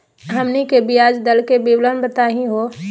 हमनी के ब्याज दर के विवरण बताही हो?